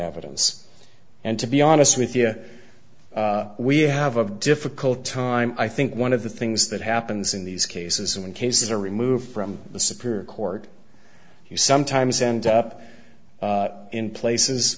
evidence and to be honest with you we have a difficult time i think one of the things that happens in these cases and cases are removed from the supreme court you sometimes end up in places